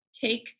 take